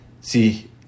See